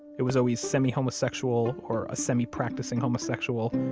it was always semi-homosexual or a semi-practicing homosexual,